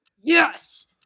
Yes